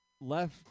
left